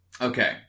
Okay